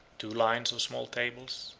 two lines of small tables,